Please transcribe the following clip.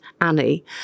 Annie